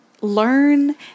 learn